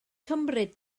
cymryd